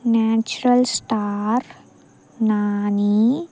natural star Nani